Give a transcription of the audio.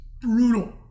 Brutal